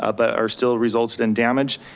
ah but are still resulted in damage.